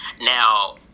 Now